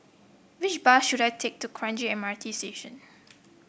which bus should I take to Kranji M R T Station